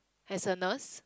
as a nurse